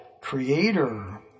creator